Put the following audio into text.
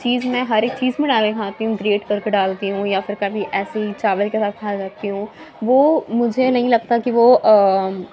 چیز میں ہر ایک چیز میں ڈال کے کھاتی ہوں گریٹ کر کے ڈالتی ہوں یا پھر کبھی ایسے ہی چاول کے ساتھ کھا جاتی ہوں وہ مجھے نہیں لگتا کہ وہ